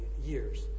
years